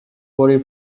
body